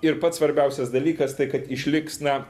ir pats svarbiausias dalykas tai kad išliks na